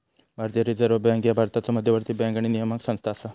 भारतीय reserve bank ह्या भारताचो मध्यवर्ती बँक आणि नियामक संस्था असा